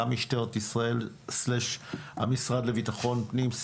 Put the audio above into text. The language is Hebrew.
גם משטרת ישראל/המשרד לביטחון פנים,